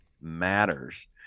matters